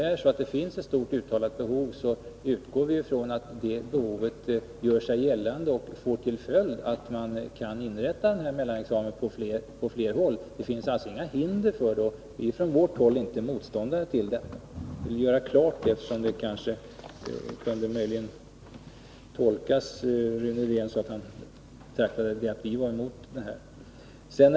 Om det finns ettstort uttalat behov utgår vi ifrån att det behovet gör sig gällande och får till följd att man kan inrätta mellanexamen på fler håll. Det finns alltså inget hinder för det, och vi från vårt håll är inte motståndare till det. Jag vill göra det klart, eftersom Rune Rydéns anförande möjligen kunde tolkas som att han betraktade oss som motståndare till denna examen.